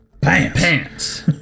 Pants